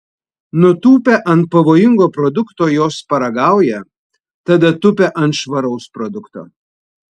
nutūpę ant pavojingo produkto jos paragauja tada tupia ant švaraus produkto